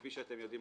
כפי שאתם יודעים,